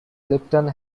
lipton